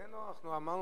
להצבעה,